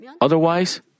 Otherwise